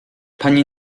pani